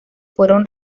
fueron